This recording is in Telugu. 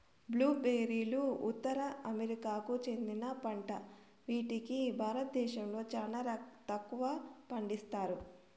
బ్లూ బెర్రీలు ఉత్తర అమెరికాకు చెందిన పంట వీటిని భారతదేశంలో చానా తక్కువగా పండిస్తన్నారు